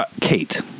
Kate